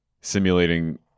simulating